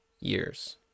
years